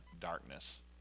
darkness